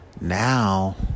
now